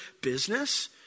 business